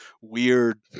weird